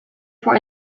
for